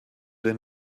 den